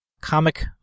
comic